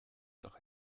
doch